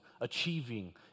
achieving